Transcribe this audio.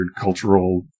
cultural